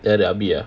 யாரு:yaaru abi ah